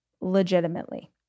legitimately